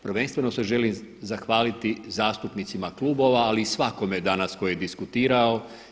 Prvenstveno se želi zahvaliti zastupnicima klubova ali i svakome danas tko je diskutirao.